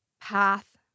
Path